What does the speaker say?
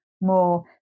more